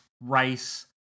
Rice